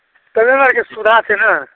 cinema आरके सुविधा छै ने